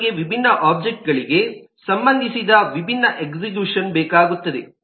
ಇಲ್ಲಿ ನಮಗೆ ವಿಭಿನ್ನ ಒಬ್ಜೆಕ್ಟ್ಗಳಿಗೆ ಸಂಬಂಧಿಸಿದ ವಿಭಿನ್ನ ಎಕ್ಸಿಕ್ಯೂಷನ್ ಬೇಕಾಗುತ್ತವೆ